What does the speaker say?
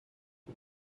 for